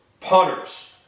punters